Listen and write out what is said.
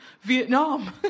Vietnam